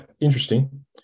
interesting